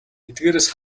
эдгээрээс